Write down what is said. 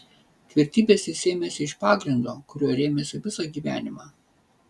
tvirtybės jis sėmėsi iš pagrindo kuriuo rėmėsi visą gyvenimą